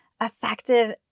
effective